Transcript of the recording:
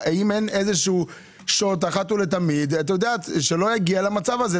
האם אין שוט אחת ולתמיד שלא יגיע למצב הזה?